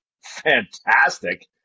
fantastic